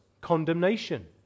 condemnation